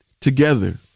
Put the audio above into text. together